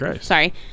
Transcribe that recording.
Sorry